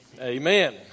Amen